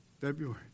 February